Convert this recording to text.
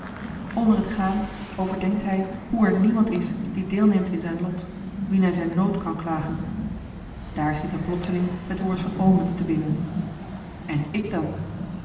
onder het gaan overdenkt hij hoe er niemand is die deelneemt in zijn lot wien hij zijn nood kan klagen daar schiet hem plotseling het woord van omens te binnen en ik dan